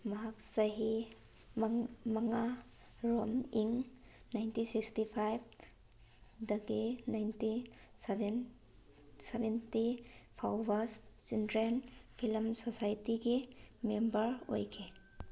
ꯃꯍꯥꯛ ꯆꯍꯤ ꯃꯉꯥ ꯔꯣꯝ ꯏꯪ ꯅꯥꯏꯟꯇꯤꯟ ꯁꯤꯛꯁꯇꯤ ꯐꯥꯏꯚ ꯗꯒꯤ ꯅꯥꯏꯟꯇꯤ ꯁꯚꯦꯟ ꯁꯚꯦꯟꯇꯤ ꯐꯥꯎꯕ ꯆꯤꯜꯗ꯭ꯔꯦꯟ ꯐꯤꯂꯝ ꯁꯣꯁꯥꯏꯇꯤꯒꯤ ꯃꯦꯝꯕꯔ ꯑꯣꯏꯈꯤ